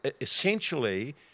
essentially